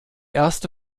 erste